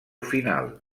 final